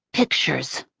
pictures